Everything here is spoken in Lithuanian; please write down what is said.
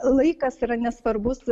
laikas yra nesvarbus